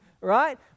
right